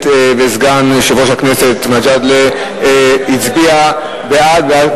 וסגן יושב-ראש הכנסת מג'אדלה הצביע בעד,